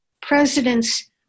presidents